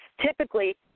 typically